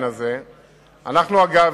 אגב,